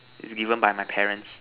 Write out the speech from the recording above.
is given by my parents